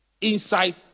insight